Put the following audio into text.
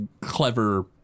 clever